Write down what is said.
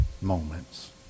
moments